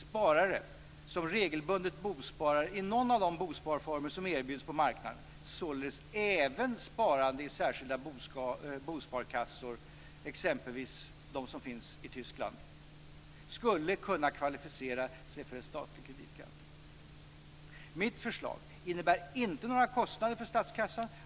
Sparare som regelbundet bosparar i någon av de bosparfonder som erbjuds på marknaden, således även sparande i särskilda bosparkassor exempelvis som de som finns i Tyskland, skulle kunna kvalificera sig för en statlig kreditgaranti. Mitt förslag innebär inte några kostnader för statskassan.